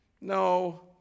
No